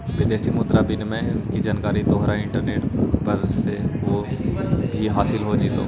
विदेशी मुद्रा विनिमय की जानकारी तोहरा इंटरनेट पर से भी हासील हो जाइतो